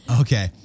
Okay